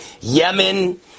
Yemen